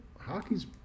hockey's